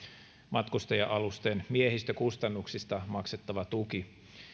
matkustaja alusten miehistökustannuksista maksettava tuki